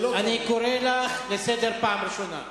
אתה מטיל ספק, אני קורא אותך לסדר פעם ראשונה.